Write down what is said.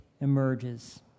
emerges